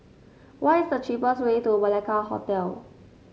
what is the cheapest way to Malacca Hotel